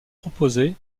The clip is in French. proposées